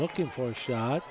looking for a shot